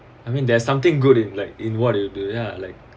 I mean there's something good in like in what do you do ya like